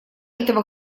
этого